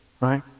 right